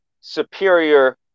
superior